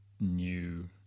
new